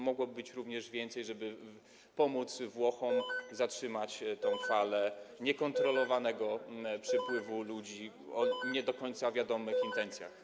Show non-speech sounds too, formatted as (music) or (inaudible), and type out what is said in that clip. Mogłoby być również więcej, żeby pomóc Włochom (noise) zatrzymać tę falę niekontrolowanego przypływu ludzi o nie do końca wiadomych intencjach.